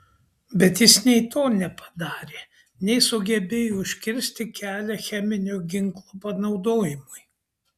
bet jis nei to nepadarė nei sugebėjo užkirsti kelią cheminio ginklo panaudojimui